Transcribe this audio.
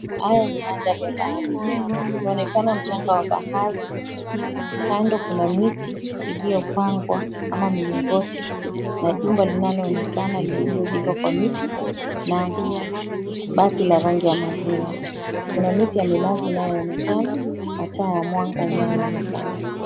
Haya ni mandhari ya bahari, kunaonekana mchanga wa bahari kando kuna miti iliyopangwa kama milingoti na jumba linaloonekana lililojengwa kwa miti na bati la rangi ya maziwa ,kuna miti ya minazi inayonekana na taa ya mwanga inayoonekana.